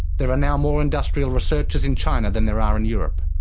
there are now more industrial researchers in china than there are in europe.